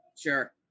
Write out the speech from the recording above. Sure